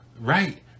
right